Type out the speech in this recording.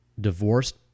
divorced